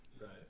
Right